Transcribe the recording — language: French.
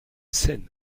scène